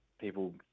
people